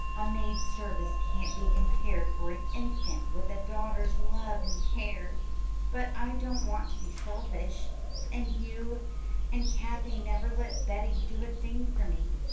a maid's service can't be compared for an instant with a daughter's love and care but i don't want to be selfish and you and kathie never let betty do a thing for me.